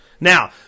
Now